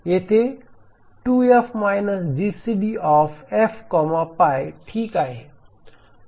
येथे 2F GCDF pi ठीक आहे